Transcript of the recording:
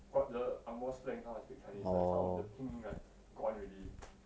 got the ang moh slang how I speak chinese like some of the 拼音 right gone already